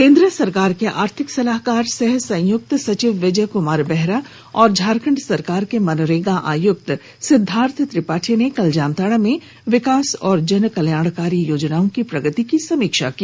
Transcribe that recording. केंद्र सरकार के आर्थिक सलाहकार सह संयुक्त सचिव विजय कुमार बेहरा और झारखंड सरकार के मनरेगा आयुक्त सिद्वार्थ त्रिपाठी ने कल जामताड़ा में विकास एवं जन कल्याणकारी योजनाओं की प्रगति की समीक्षा की